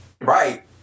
right